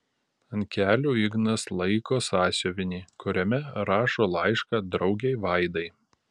ant kelių ignas laiko sąsiuvinį kuriame rašo laišką draugei vaidai